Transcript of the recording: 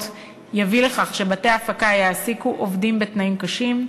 יביא לכך שבתי-ההפקה יעסיקו עובדים בתנאים קשים,